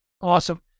Awesome